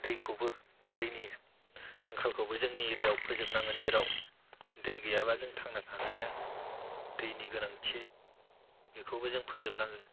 दैखौबो दैनि आंखालखौबो जोंनि एरियायाव फोजोबनांगोन जेराव दै गैयाबा जों थांना थानो हाया दैनि गोनांथि बेखौबो जों फोजोबनांगोन